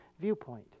viewpoint